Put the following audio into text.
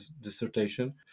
dissertation